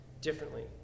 differently